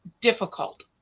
difficult